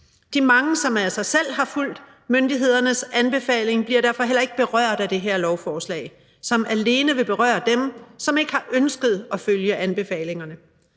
De mange, som af sig selv har fulgt myndighedernes anbefaling, bliver derfor heller ikke berørt af det her lovforslag, som alene vil berøre dem, som ikke har ønsket at følge anbefalingen.